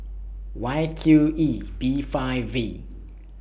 Y Q E B five V